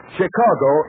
Chicago